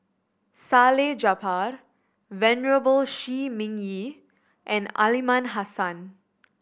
Salleh Japar Venerable Shi Ming Yi and Aliman Hassan